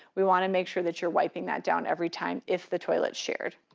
we wanna make sure that you're wiping that down every time, if the toilet shared.